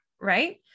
Right